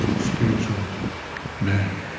spiritual man